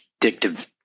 addictive